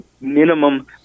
minimum